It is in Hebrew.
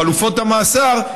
חלופות המאסר,